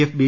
F B